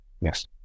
yes